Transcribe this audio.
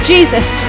Jesus